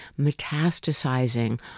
metastasizing